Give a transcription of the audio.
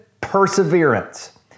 perseverance